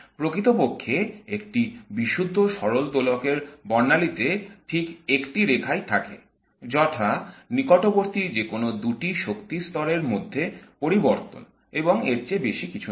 প্রকৃতপক্ষে একটি বিশুদ্ধ সরল দোলকের বর্ণালীতে ঠিক একটি রেখাই থাকে যথা নিকটবর্তী যেকোনো দুটি শক্তির স্তরের মধ্যে পরিবর্তন এবং এর চেয়ে বেশি কিছু নয়